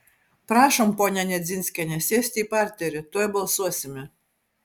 prašom ponia nedzinskiene sėsti į parterį tuoj balsuosime